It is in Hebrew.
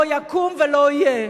לא יקום ולא יהיה,